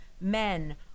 men